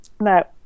no